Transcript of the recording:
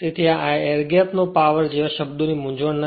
તેથી આ air gap નો પાવર જેવા શબ્દો ની કોઈ મૂંઝવણ નથી